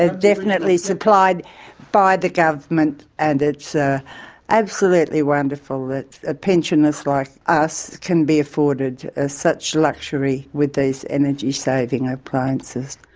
ah definitely supplied by the government and it's ah absolutely wonderful that ah pensioners like us can be afforded ah such luxury with these energy-saving appliances.